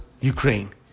Ukraine